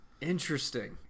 Interesting